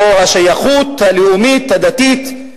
או השייכות הלאומית, הדתית,